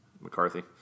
McCarthy